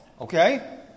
okay